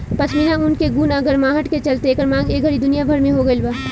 पश्मीना ऊन के गुण आ गरमाहट के चलते एकर मांग ए घड़ी दुनिया भर में हो गइल बा